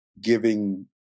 giving